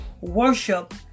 worship